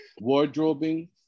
wardrobing